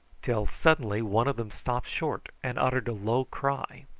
till suddenly one of them stopped short and uttered a low cry.